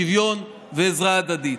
שוויון ועזרה הדדית.